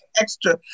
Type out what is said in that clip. extra